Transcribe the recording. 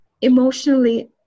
emotionally